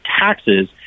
taxes